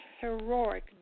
heroic